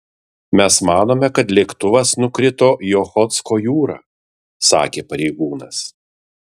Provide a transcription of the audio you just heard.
mes manome kad lėktuvas nukrito į ochotsko jūrą sakė pareigūnas